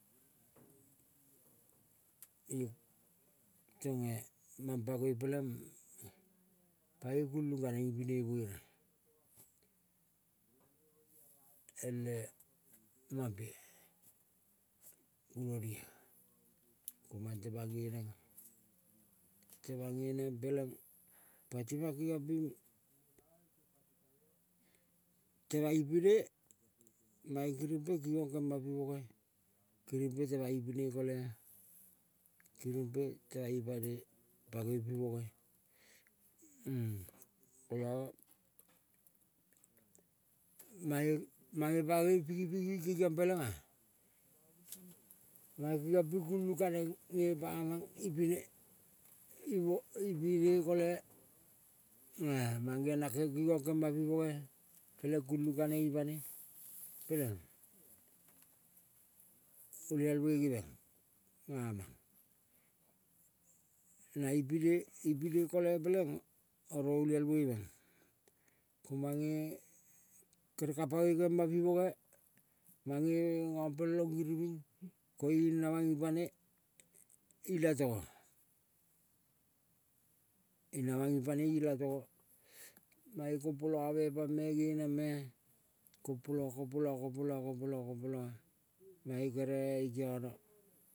tonge mang pangoi peleng pangoi kulung kaneng ipine iverea ele mampea ronia. Komang temang ngenengo, temang ngeneng peleng pati mang. Kengiong ping temang ipine mange kirimpe, kemang pi boge kirimpe temang ipine ikole pangoi pi boge kola mae mange pangoi pingi, pingi kengiong peleng mange kengiong ping kulung. Kaneng ngepamang ipine ipine kole, kingong kema pel boge peleing. Kulung kaneng ipane peleng olialmoi go meng na ipi, ipine kole peleng oro. Olialmoi meng ko mang kere ka pangoi kema pi boge mange ngapelong giriving, koiung namang ipane ilatogo. Napang ipane ilatogo mange kompolave pangme genong me. Kompola, kompola, kompola, kompola, kompola mae kere ikiono.